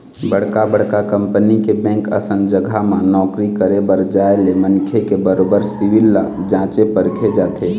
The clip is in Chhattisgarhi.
बड़का बड़का कंपनी बेंक असन जघा म नौकरी करे बर जाय ले मनखे के बरोबर सिविल ल जाँचे परखे जाथे